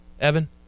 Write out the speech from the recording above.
Evan